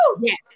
yes